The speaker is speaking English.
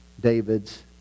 David's